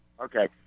Okay